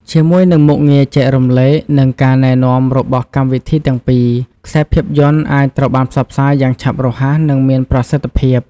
ជាមួយនឹងមុខងារចែករំលែក និងការណែនាំ របស់កម្មវិធីទាំងពីរ ខ្សែភាពយន្តអាចត្រូវបានផ្សព្វផ្សាយយ៉ាងឆាប់រហ័សនិងមានប្រសិទ្ធភាព។